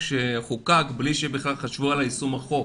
שחוקק בלי שבכלל חשוב על יישום החוק,